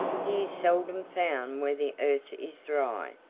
he is seldom found where the earth is dry.